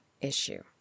issue